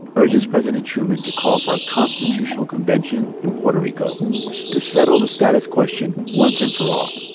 urges president truman to call for a constitutional convention in puerto rico to settle the status question once and for all.